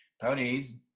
ponies